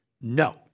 no